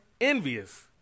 envious